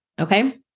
Okay